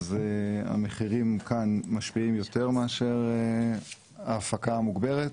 המחירים כאן משפיעים יותר מאשר ההפקה המוגברת.